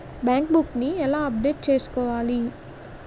Bank book నీ ఎలా update చేసుకోవాలి?